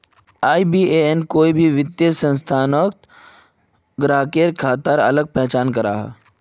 IBAN कोई भी वित्तिय संस्थानोत ग्राह्केर खाताक अलग पहचान कराहा